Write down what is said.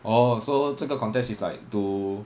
orh so 这个 contest is like to